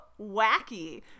wacky